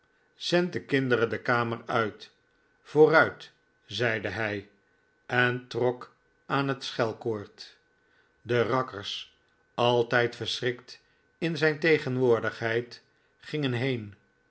de kinderen de kamer uit vooruit zeide hij en trok aan het schelkoord de rakkers altijd verschrikt in zijn tegenwoordigheid gingen heen